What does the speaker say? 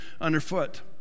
underfoot